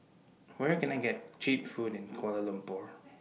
Where Can I get Cheap Food in Kuala Lumpur